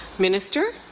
minister.